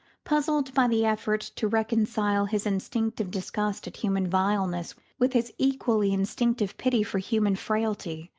puzzled by the effort to reconcile his instinctive disgust at human vileness with his equally instinctive pity for human frailty.